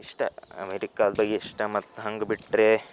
ಇಷ್ಟೇ ಅಮೇರಿಕದಾಗೆ ಇಷ್ಟೇ ಮತ್ತೆ ಹಂಗೇ ಬಿಟ್ರೆ